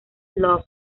love